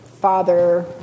father